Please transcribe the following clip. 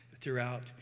throughout